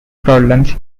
problems